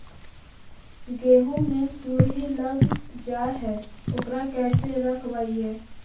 गेहू मे सुरही लग जाय है ओकरा कैसे रखबइ?